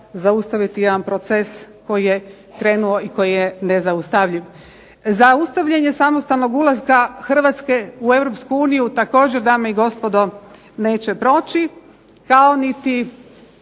zaustaviti jedan proces koji je krenuo i koji je nezaustavljiv. Zaustavljanje samostalnog ulaska Hrvatske u Europsku uniju također dame i gospodo neće proći kao niti